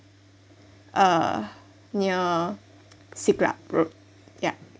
uh near siglap road yup